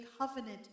covenant